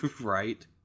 right